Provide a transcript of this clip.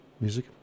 Music